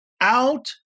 out